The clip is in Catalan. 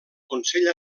consell